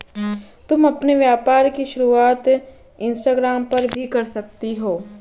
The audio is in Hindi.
तुम अपने व्यापार की शुरुआत इंस्टाग्राम पर भी कर सकती हो